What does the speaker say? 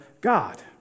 God